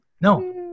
no